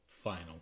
final